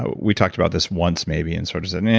ah we talked about this once maybe, and sort of said, yeah